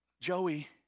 Joey